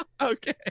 Okay